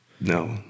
No